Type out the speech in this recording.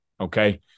okay